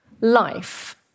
life